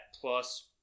plus